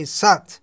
sat